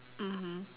mmhmm